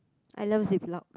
I love Ziplock